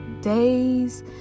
days